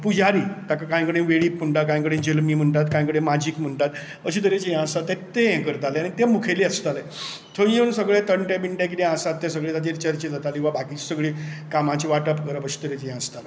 पुजारी ताका कांय कडेन वेळीप म्हणटा कांय कडेन जल्मी म्हणटात कांय कडेन माजीक म्हणटात अशे तरेची हें आसा तेका ते हें करताले ते मुखेली आसताले थंय येवन सगले टंटे बिंटे कितें आसा तें सगलें ते खातीर चर्चा जाताली वा बाकीची सगली कामाची वाटप करप अशें तरेचे ये आसतालें